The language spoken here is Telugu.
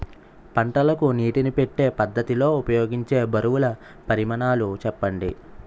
పంటలకు నీటినీ పెట్టే పద్ధతి లో ఉపయోగించే బరువుల పరిమాణాలు చెప్పండి?